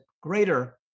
greater